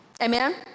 Amen